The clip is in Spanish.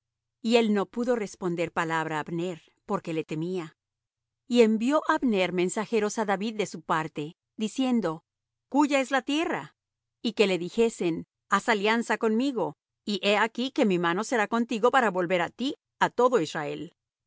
y él no pudo responder palabra á abner porque le temía y envió abner mensajeros á david de su parte diciendo cúya es la tierra y que le dijesen haz alianza conmigo y he aquí que mi mano será contigo para volver á ti á todo israel y